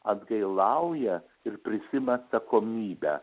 atgailauja ir prisiima atsakomybę